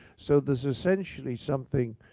so there's essentially something,